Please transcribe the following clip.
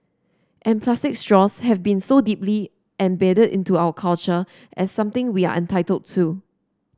and plastic straws have been so deeply embedded into our culture as something we are entitled to